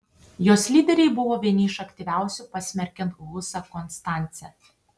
jos lyderiai buvo vieni iš aktyviausių pasmerkiant husą konstance